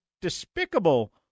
despicable